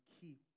keep